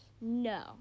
No